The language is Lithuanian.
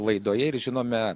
laidoje ir žinome